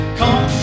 come